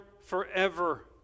forever